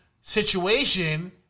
situation